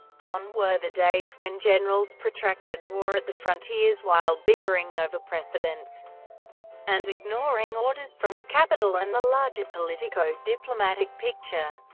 gone were the days when generals protracted war at the frontiers while bickering over precedence and ignoring orders from the capital and the larger politico-diplomatic picture.